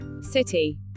city